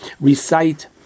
recite